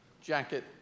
jacket